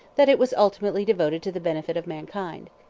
that it was ultimately devoted to the benefit of mankind.